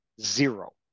zero